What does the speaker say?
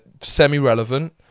semi-relevant